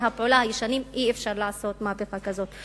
הפעולה הישנים אי-אפשר לעשות מהפכה כזאת.